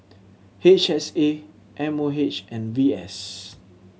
H S A M O H and V S